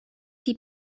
die